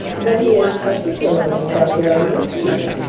but he is particularly so during this season,